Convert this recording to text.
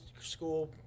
school